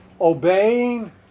Obeying